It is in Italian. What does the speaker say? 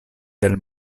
del